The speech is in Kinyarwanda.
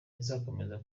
izakomeza